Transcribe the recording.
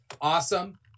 awesome